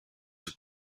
have